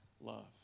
love